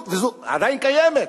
עדיין קיימת,